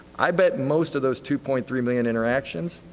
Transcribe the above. i bet most of those two point three million interactions,